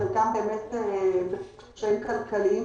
וחלקם עם קשיים כלכליים,